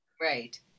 Right